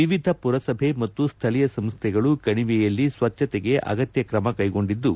ವಿವಿಧ ಪುರಸಭೆ ಮತ್ತು ಸ್ಥಳೀಯ ಸಂಸ್ಥೆಗಳು ಕಣಿವೆಯಲ್ಲಿ ಸ್ವಜ್ಞಶೆಗೆ ಅಗತ್ಯ ಕ್ರಮಕೈಗೊಂಡಿದ್ದು